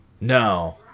No